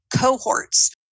cohorts